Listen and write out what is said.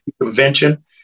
convention